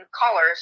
colors